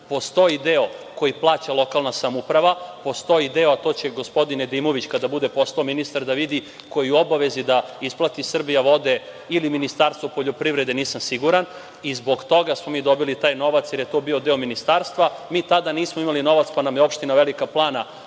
godina. Postoji deo koji plaća lokalna samouprava. Postoji deo, a to će gospodin Nedimović kada bude postao ministar da vidi, koji je u obavezi da isplati „Srbija vode“ ili Ministarstvo poljoprivrede, nisam siguran i zbog toga smo mi dobili taj novac jer je to bio deo ministarstva. Mi tada nismo imali novac pa nam je opština Velika Plana